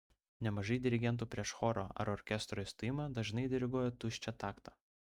nemažai dirigentų prieš choro ar orkestro įstojimą dažnai diriguoja tuščią taktą